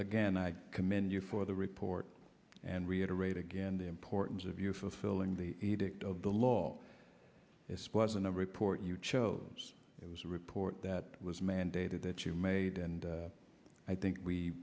again i commend you for the report and reiterate again the importance of you fulfilling the dicta of the law was in the report you chose it was a report that was mandated that you made and i think we